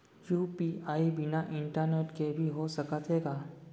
UPI बिना internet के भी हो सकत हे का?